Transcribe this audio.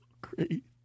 great